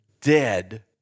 dead